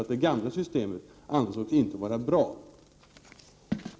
Systemet 19 januari 1989